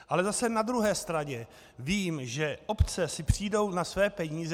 Ale zase na druhé straně vím, že obce si přijdou na své peníze.